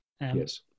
Yes